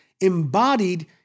embodied